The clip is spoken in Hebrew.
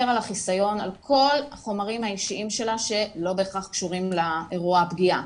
על החיסיון על כל החומרים האישיים שלה שלא בהכרח קשורים לאירוע הפגיעה.